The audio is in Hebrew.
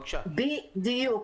בדיוק.